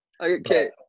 Okay